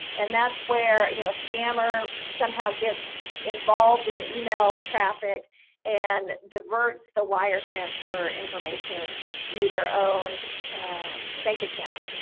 and that's where you know, a scammer somehow gets involved in the email traffic and diverts the wire transfer information to their own bank account.